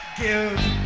Give